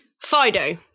Fido